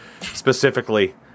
Specifically